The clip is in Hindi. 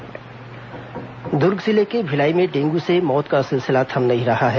डेंगू मौत दुर्ग जिले के भिलाई में डेंगू से मौत का सिलसिला थम नहीं रहा है